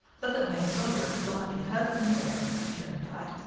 look at my sober, plodding husband there, returned dot.